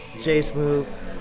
J-Smooth